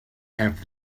have